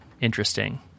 interesting